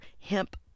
hemp